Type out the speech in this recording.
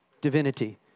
divinity